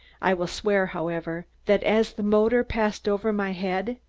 i will swear, however, that as the motor passed over my head,